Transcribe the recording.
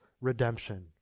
redemption